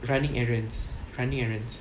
running errands running errands